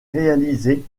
réalisée